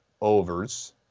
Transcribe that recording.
overs